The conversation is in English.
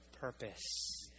purpose